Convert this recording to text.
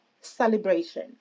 celebration